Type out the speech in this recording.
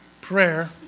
prayer